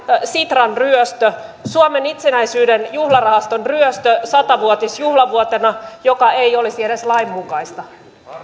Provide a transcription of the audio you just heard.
sitran ryöstö suomen itsenäisyyden juhlarahaston ryöstö satavuotisjuhlavuotena joka ei olisi edes lainmukaista